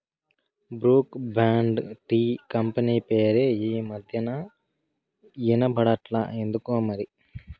Brooke Bond tea company పేరే ఈ మధ్యనా ఇన బడట్లా ఎందుకోమరి